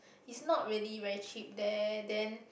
it's not really very cheap there then